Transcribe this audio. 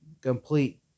complete